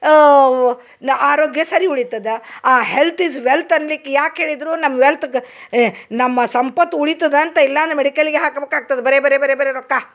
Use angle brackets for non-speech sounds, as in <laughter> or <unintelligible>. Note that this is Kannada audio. <unintelligible> ಆರೋಗ್ಯ ಸರಿ ಉಳಿತದ ಆ ಹೆಲ್ತ್ ಈಸ್ ವೆಲ್ತ್ ಅನ್ಲಿಕ್ಕೆ ಯಾಕೆ ಹೇಳಿದರು ನಮ್ಮ ವೆಲ್ತ್ಗೆ ನಮ್ಮ ಸಂಪತ್ತು ಉಳಿತದಂತ ಇಲ್ಲಾಂದ್ರ ಮೆಡಿಕಲಿಗೆ ಹಾಕ್ಬಕು ಆಗ್ತದ ಬರೆ ಬರೆ ಬರೆ ಬರೆ ರೊಕ್ಕ